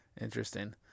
Interesting